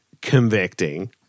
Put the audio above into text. convicting